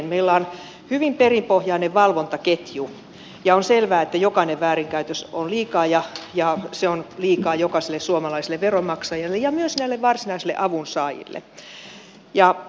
meillä on hyvin perinpohjainen valvontaketju ja on selvää että jokainen väärinkäytös on liikaa ja se on liikaa jokaiselle suomalaiselle veronmaksajalle ja myös näille varsinaisille avunsaajille